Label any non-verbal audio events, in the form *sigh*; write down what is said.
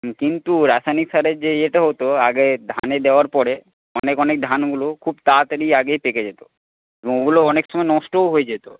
কিন্তু রাসায়নিক সারের যে ইয়েটা হত আগে ধানে দেওয়ার পরে অনেক অনেক ধানগুলো খুব তাড়াতাড়ি আগেই পেকে যেত *unintelligible* ওগুলো অনেক সময় নষ্টও হয়ে যেত